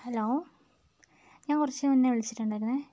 hello ഞാൻ കുറച്ചുമുന്നേ വിളിച്ചിട്ടുണ്ടായിരുന്നു